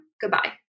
Goodbye